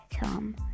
Tom